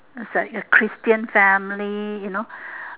it's like a christian family you know